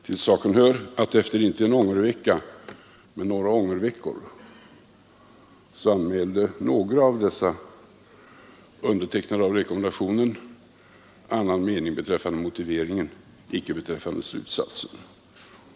Till saken hör att efter inte en ångervecka men några ångerveckor anmälde några av undertecknarna av rekommendationen annan mening beträffande motiveringen, icke beträffande slutsatserna.